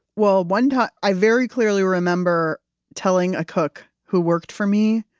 well, one time i very clearly remember telling a cook who worked for me,